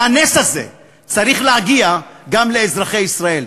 והנס הזה צריך להגיע גם לאזרחי ישראל.